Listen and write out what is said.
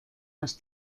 las